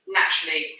naturally